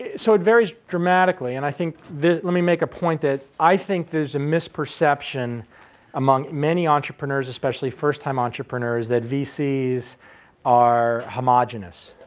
so it varies dramatically. and i think, let me make a point that i think there's a misperception among many entrepreneurs, especially first time entrepreneurs, that vcs are homogenous,